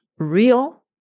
real